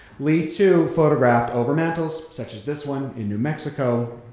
lee too photographed overmantels, such as this one and new mexico.